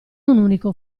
unico